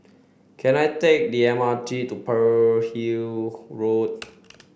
can I take the M R T to Pearl Hill Road